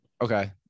okay